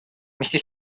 вместе